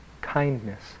Kindness